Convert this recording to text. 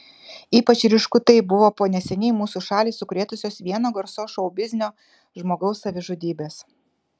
ypač ryšku tai buvo po neseniai mūsų šalį sukrėtusios vieno garsaus šou biznio žmogaus savižudybės